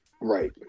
Right